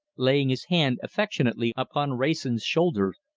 laying his hand affectionately upon wrayson's shoulder,